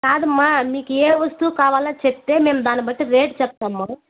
కాదమ్మా మీకు ఏ వస్తువు కావాలో చెప్తే మేము దాన్ని బట్టి రేట్ చెప్తామమ్మ